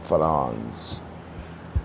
France